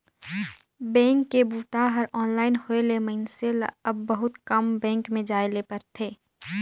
bank के बूता हर ऑनलाइन होए ले मइनसे ल अब बहुत कम बेंक में जाए ले परथे